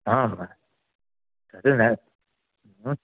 आम् तद् नास् उं